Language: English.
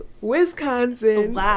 Wisconsin